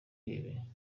ibi